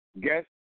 guess